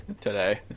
today